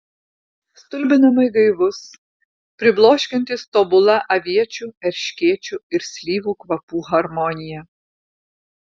stulbinamai gaivus pribloškiantis tobula aviečių erškėčių ir slyvų kvapų harmonija